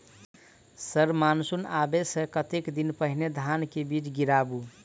Sir monsoon आबै सऽ कतेक दिन पहिने धान केँ बीज गिराबू?